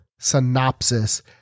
synopsis